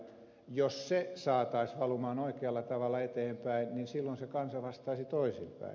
jos se saataisiin valumaan oikealla tavalla eteenpäin niin silloin se kansa vastaisi toisinpäin